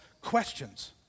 questions